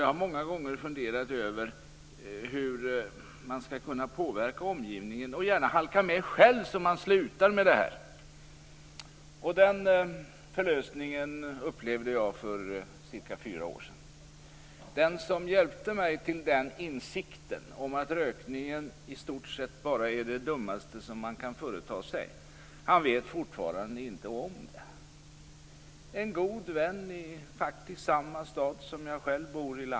Jag har många gånger funderat över hur man skall kunna påverka omgivningen, och gärna halka med själv så att man slutar röka. Den förlösningen upplevde jag för cirka fyra år sedan. Den som hjälpte mig till insikten att rökning i stort sett är det dummaste man kan företa sig, vet fortfarande inte om det. Det är en god vän som bor i samma stad som jag själv.